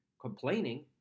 complaining